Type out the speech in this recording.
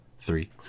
three